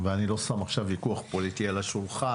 ואני לא שם עכשיו ויכוח פוליטי על השולחן.